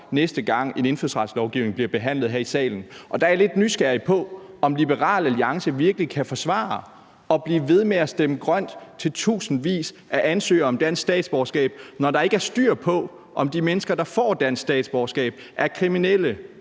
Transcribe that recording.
næste gang en indfødsretslovgivning bliver behandlet her i salen. Der er jeg lidt nysgerrig på, om Liberal Alliance virkelig kan forsvare at blive ved med at stemme grønt til tusindvis af ansøgere om dansk statsborgerskab, når der ikke er styr på, om de mennesker, der får dansk statsborgerskab, er kriminelle,